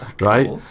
right